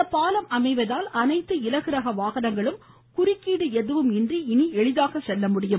இந்த பாலம் அமைவதால் அனைத்து இலகு ரக வாகனங்களும் குறுக்கீடு எதுவும் இன்றி எளிதாக செல்ல முடியும்